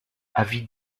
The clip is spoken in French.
avis